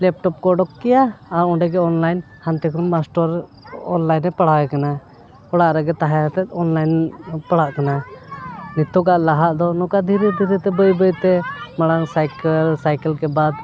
laptop ᱠᱚ ᱚᱰᱚᱠ ᱠᱮᱭᱟ ᱟᱨ ᱚᱸᱰᱮ ᱜᱮ ᱚᱱᱞᱟᱭᱤᱱ ᱦᱟᱱᱛᱮ ᱠᱷᱚᱱ ᱢᱟᱥᱴᱚᱨ ᱚᱱᱞᱟᱭᱤᱱᱮ ᱯᱟᱲᱦᱟᱣ ᱠᱟᱱᱟ ᱚᱲᱟᱜ ᱨᱮᱜᱮ ᱛᱟᱦᱮᱸ ᱠᱟᱛᱮ ᱚᱱᱞᱟᱭᱤᱱ ᱯᱟᱲᱟᱜ ᱠᱟᱱᱟᱭ ᱱᱤᱛᱚᱜᱟᱜ ᱞᱟᱦᱟᱜ ᱫᱚ ᱱᱚᱝᱠᱟ ᱫᱷᱤᱨᱮ ᱫᱷᱤᱨᱮ ᱛᱮ ᱵᱟᱹᱭ ᱵᱟᱹᱭᱛᱮ ᱢᱟᱲᱟᱝ ᱥᱟᱭᱠᱮᱞ ᱥᱟᱭᱠᱮᱞ ᱠᱮ ᱵᱟᱫ